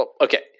okay